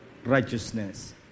Righteousness